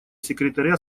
секретаря